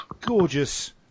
gorgeous